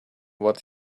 what